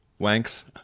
wanks